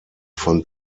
von